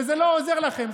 וזה לא עוזר לכם.